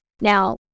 Now